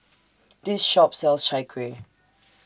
This Shop sells Chai Kueh